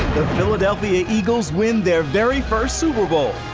philadelphia eagles win their very first super bowl,